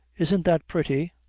isn't that pretty?